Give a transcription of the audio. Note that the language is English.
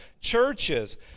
churches